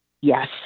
Yes